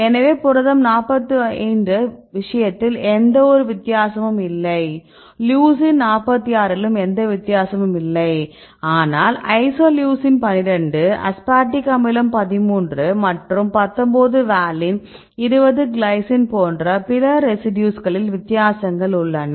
எனவே புரதம் 45 விஷயத்தில் எந்தவொரு வித்தியாசமும் இல்லை லியூசின் 46 லும் எந்த வித்தியாசமும் இல்லை ஆனால் ஐசோலூசின் 12 அஸ்பார்டிக் அமிலம் 13 மற்றும் 19 வாலின் 20 கிளைசின் போன்ற பிற ரெசிடியூஸ்களில் வித்தியாசங்கள் உள்ளன